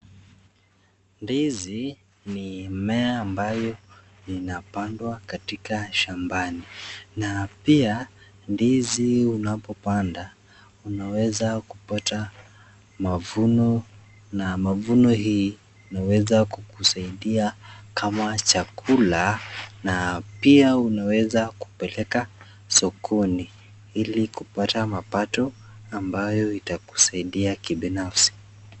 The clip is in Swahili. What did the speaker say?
Ndizi ni mmea ambao unapandwa katika shambani na pia ndizi unapopanda unaweza kupata mavuno na mavuno haya yanaweza kukusaidia kama chakula na pia unaweza kupeleka sokoni ili kupata mapato ambayo itakusaidia kibinafsi.